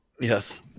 Yes